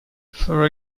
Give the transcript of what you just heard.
for